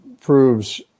proves